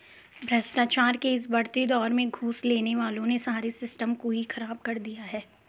भ्रष्टाचार के इस बढ़ते दौर में घूस लेने वालों ने सारे सिस्टम को ही खराब कर दिया है